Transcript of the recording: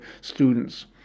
students